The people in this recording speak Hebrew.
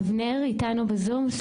אבנר כבר לא אתנו בזום אז,